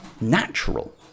natural